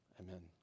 amen